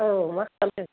औ मा खालामदों